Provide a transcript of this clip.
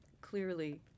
clearly